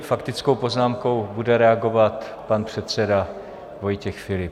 Faktickou poznámkou bude reagovat pan předseda Vojtěch Filip.